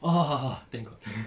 ah thank god